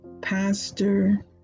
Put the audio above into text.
Pastor